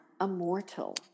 immortal